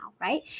right